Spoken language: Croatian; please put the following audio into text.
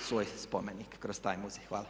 svoj spomenik kroz taj muzej. Hvala.